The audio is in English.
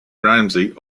ramsay